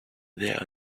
there